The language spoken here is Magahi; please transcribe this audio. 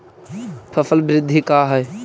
फसल वृद्धि का है?